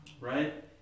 right